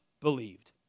believed